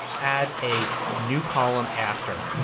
add a new column after,